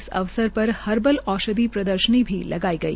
इस अवसर पर हर्बल औषधि प्रदर्शनी भी लगाई गई